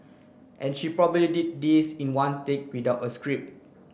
and she probably did this in one take without a scrip